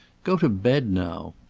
go to bed now!